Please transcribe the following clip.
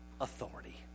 authority